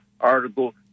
article